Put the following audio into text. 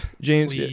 James